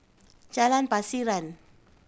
Jalan Pasiran